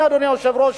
אדוני היושב-ראש,